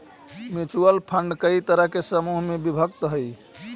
mutual fund कई तरह के समूह में विभक्त हई